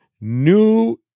new